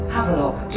Havelock